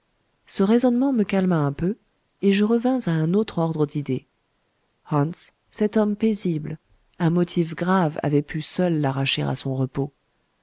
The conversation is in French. ce raisonnement me calma un peu et je revins à un autre d'ordre d'idées hans cet homme paisible un motif grave avait pu seul l'arracher à son repos